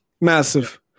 massive